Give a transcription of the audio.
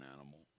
animal